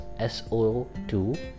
SO2